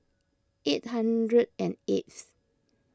eight hundred and eighth